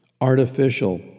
artificial